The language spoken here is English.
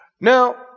Now